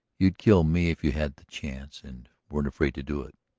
you'd kill me if you had the chance and weren't afraid to do it,